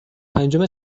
پنجم